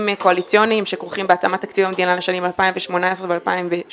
קואליציוניים שכרוכים בהתאמת תקציב המדינה לשנים 2018 ו-2017.